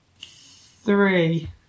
Three